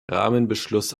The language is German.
rahmenbeschluss